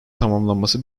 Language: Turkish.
tamamlanması